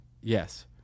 Yes